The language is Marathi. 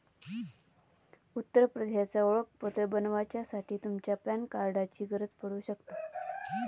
उत्तर प्रदेशचा ओळखपत्र बनवच्यासाठी तुमच्या पॅन कार्डाची गरज पडू शकता